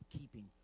keeping